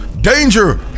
danger